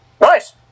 Nice